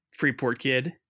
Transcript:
FreeportKid